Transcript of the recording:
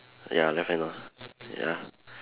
ya definitely not ya